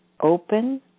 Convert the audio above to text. open